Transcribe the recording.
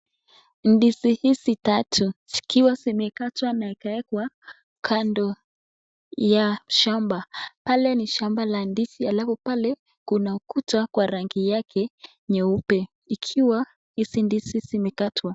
Ndizi hizi tatu zikiwa zimekatwa na ikawekwa kando ya shamba. Pale ni shamba la ndizi halafu pale kuna ukuta kwa rangi yake nyeupe. Ikiwa hizi ndizi zimekatwa.